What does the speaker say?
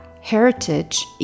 Heritage